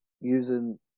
using